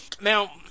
Now